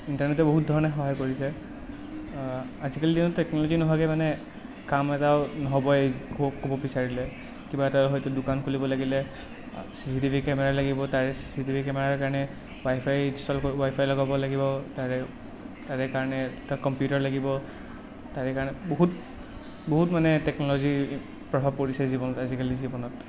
ইন্টাৰনেটে বহুত ধৰণে সহায় কৰিছে আজিকালি দিনত টেকন'লজি নোহোৱাকে মানে কাম এটাও নহ'ব ক'ব বিচাৰিলে কিবা এটা হয়টো দোকান খুলিব লাগিলে চিচিটিভি কেমেৰা লাগিব তাৰে চিচিটিভি কেমেৰাৰ কাৰণে ৱাইফাই ইনষ্টল ৱাইফাই লগাব লাগিব তাৰে তাৰে কাৰণে এটা কম্পিউটাৰ লাগিব তাৰে কাৰণে বহুত বহুত মানে টেকন'লজিৰ প্ৰভাৱ পৰিছে জীৱনত আজিকালি জীৱনত